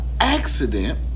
accident